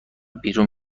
بیرون